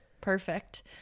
Perfect